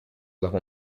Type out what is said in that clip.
dopo